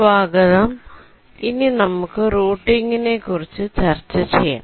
സ്വാഗതം ഇനി നമുക് റൂട്ടിംഗ് നെ കുറിച്ചു ചർച്ച ചെയ്യാം